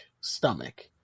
stomach